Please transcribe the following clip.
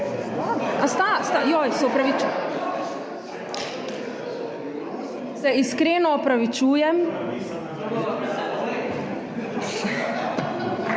A sta?! Sta. Joj, se opravič… Se iskreno opravičujem.